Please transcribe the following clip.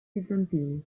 bizantini